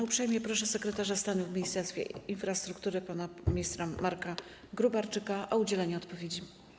Uprzejmie proszę sekretarza stanu w Ministerstwie Infrastruktury pana ministra Marka Gróbarczyka o udzielenie odpowiedzi.